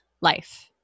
life